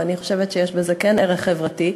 ואני חושבת שיש בזה כן ערך חברתי,